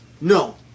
No